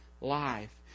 life